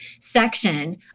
section